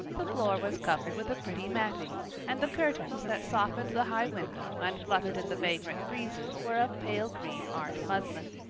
the floor was covered with a pretty matting, and the curtains that softened the high window and fluttered in the vagrant breezes were of pale-green art muslin.